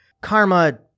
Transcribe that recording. Karma